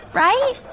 right?